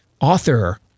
author